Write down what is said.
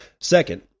Second